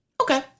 Okay